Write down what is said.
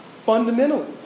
Fundamentally